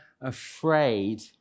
afraid